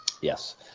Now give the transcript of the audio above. Yes